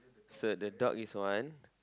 so the dog is one